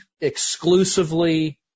exclusively